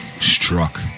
struck